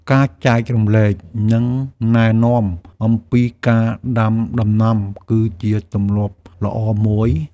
ការចែករំលែកនិងណែនាំអំពីការដាំដំណាំគឺជាទម្លាប់ល្អមួយ។